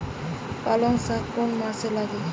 পালংশাক কোন মাসে লাগাব?